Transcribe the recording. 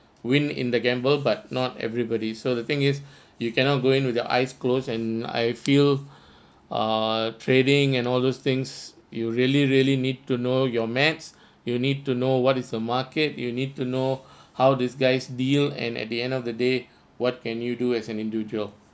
win in the gamble but not everybody so the thing is you cannot go in with your eyes closed and I feel uh trading and all those things you really really need to know your maths you need to know what is the market you need to know how these guys deal and at the end of the day what can you do as an individual